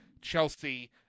Chelsea